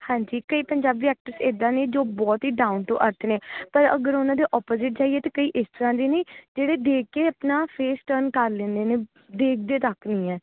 ਹਾਂਜੀ ਕਈ ਪੰਜਾਬੀ ਐਕਟਰਸ ਇੱਦਾਂ ਨੇ ਜੋ ਬਹੁਤ ਹੀ ਡਾਊਨ ਟੂ ਅਰਥ ਨੇ ਪਰ ਅਗਰ ਉਨ੍ਹਾਂ ਦੇ ਓਪੋਜਿਟ ਜਾਈਏ ਤਾਂ ਕਈ ਇਸ ਤਰ੍ਹਾਂ ਦੇ ਨੇ ਜਿਹੜੇ ਦੇਖ ਕੇ ਆਪਣਾ ਫੇਸ ਟਰਨ ਕਰ ਲੈਂਦੇ ਨੇ ਦੇਖਦੇ ਤੱਕ ਵੀ ਨਹੀਂ ਹੈ